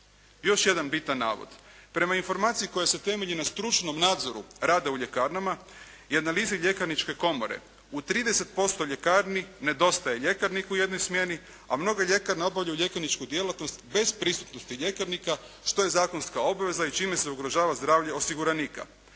Još jedan bitan navod. Prema informaciji koja se temelji na stručnom nadzoru rada u ljekarnama i analizi ljekarničke komore u 30% ljekarni nedostaje ljekarnika u jednoj smjeni, a mnoge ljekarne obavljaju ljekarničku djelatnost bez prisutnosti ljekarnika što je zakonska obveza i čime se ugrožava zdravlje osiguranika.